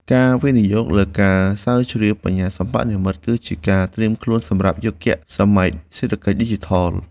ការវិនិយោគលើការស្រាវជ្រាវបញ្ញាសិប្បនិម្មិត គឺជាការត្រៀមខ្លួនសម្រាប់យុគសម័យសេដ្ឋកិច្ចឌីជីថល។